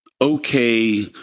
okay